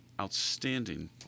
outstanding